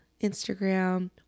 Instagram